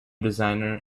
designer